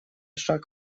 шаг